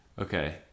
Okay